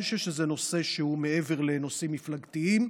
אני חושב שזה נושא שהוא מעבר לנושאים מפלגתיים,